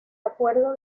acuerdo